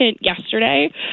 yesterday